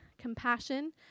compassion